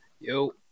Yo